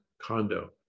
condo